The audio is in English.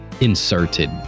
inserted